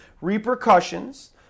repercussions